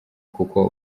kuko